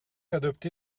adopté